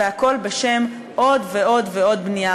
והכול בשם עוד ועוד בנייה?